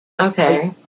Okay